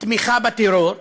תמיכה בטרור,